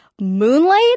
Moonlight